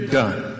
done